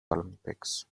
olympics